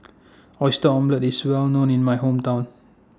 Oyster Omelette IS Well known in My Hometown